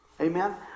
Amen